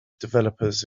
developers